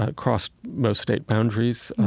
ah crossed most state boundaries.